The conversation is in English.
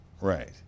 Right